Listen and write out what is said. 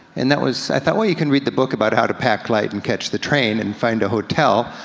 and that was, i thought, well you can read the book about how to pack light, and catch the train, and find a hotel.